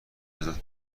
ازت